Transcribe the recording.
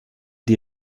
die